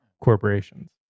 corporations